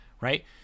right